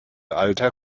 alter